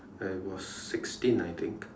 I was sixteen I think